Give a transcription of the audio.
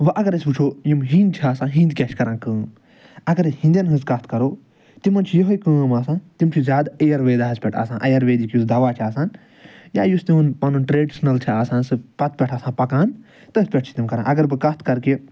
وۄنۍ اگر أسۍ وٕچھو ہیٚند چھِ آسان ہیٚند کیاہ چھِ کَران کٲم اگرے ہیٚندیٚن ہٕنٛز کتھ کرو تِمَن چھِ یہے کٲم آسان تِم چھِ زیاد اِیرویداہَس پیٚٹھ آسان اَیرویدِک یُس دوا چھُ آسان یا یُس تِہُنٛد پَنُن ٹریٚڈِشنَل چھ آسان سُہ پَتہٕ پیٚٹھ آسان پَکان تٔتھ پیٚٹھ چھِ تِم اگر بہٕ کتھ کَرٕ کہ